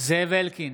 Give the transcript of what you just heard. זאב אלקין,